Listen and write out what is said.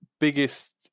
biggest